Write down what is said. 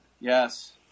Yes